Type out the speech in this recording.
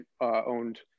owned